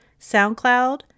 SoundCloud